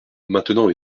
maintenant